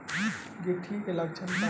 गिलटी के लक्षण का होखे?